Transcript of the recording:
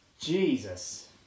Jesus